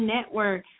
Network